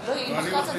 לא, אני מחליף אותה.